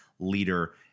Leader